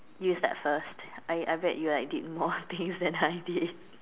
you start first I I bet you like did more things than I did